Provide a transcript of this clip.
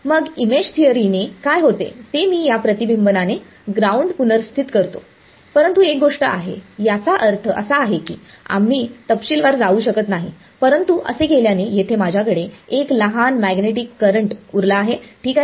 आणि मग image theory ने काय होते ते मी या प्रतिबिंबनाने ग्राउंड पुनर्स्थित करतो परंतु एक गोष्ट आहे याचा अर्थ असा आहे की आम्ही तपशीलवार जाऊ शकत नाही परंतु असे केल्याने येथे माझ्याकडे एक लहान मॅग्नेटिक करंट उरला आहे ठीक आहे